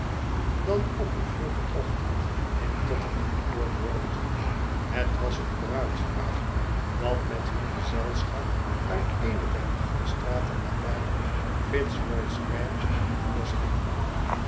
dan op een vroegen ochtend intottenh am courtroad het was een bruidspaar dat met hun gezelschap uit eene der achterstraten nabij fitzroy square te voorschijn kwam